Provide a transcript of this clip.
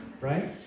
Right